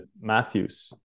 Matthews